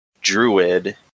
druid